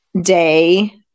day